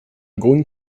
going